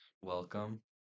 welcome